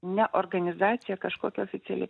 ne organizacija kažkokia oficiali